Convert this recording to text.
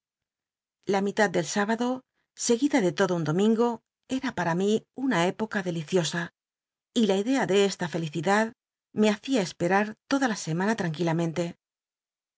lt mitad del sti bado seguida le lotlo llll domingo era para mi una época deliciosa y la itka de esta felicidad me bacía esperar toda la semana tranquilamente